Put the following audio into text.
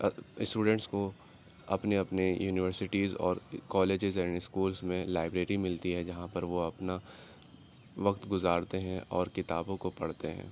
students کو اپنے اپنے یونیورسیٹیز اور کالجز اینڈ اسکولس میں لائبریری ملتی ہے جہاں پر وہ اپنا وقت گزارتے ہیں اور کتابوں کو پڑھتے ہیں